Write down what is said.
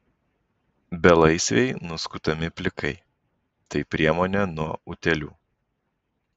belaisviai nuskutami plikai tai priemonė nuo utėlių